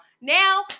Now